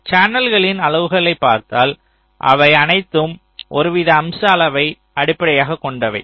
இந்த சேனல்களின் அளவுகளை பார்த்தால் அவை அனைத்தும் ஒருவித அம்ச அளவை அடிப்படையாகக் கொண்டவை